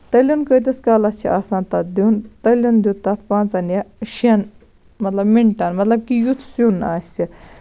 تٔلیُن کۭتِس کالَس چھُ آسان تَتھ دیُن تٔلیُن دیُت تَتھ پانژَن یا شیٚن مطلب مِنٹَن طلب یُتھ سیُن آسہِ